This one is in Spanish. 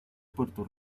puerto